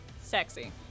Sexy